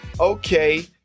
okay